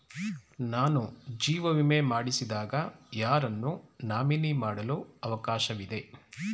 ನಾನು ಜೀವ ವಿಮೆ ಮಾಡಿಸಿದಾಗ ಯಾರನ್ನು ನಾಮಿನಿ ಮಾಡಲು ಅವಕಾಶವಿದೆ?